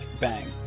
Bang